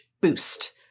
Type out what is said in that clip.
boost